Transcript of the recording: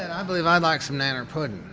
i believe i'd like some nanner pudding.